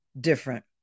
different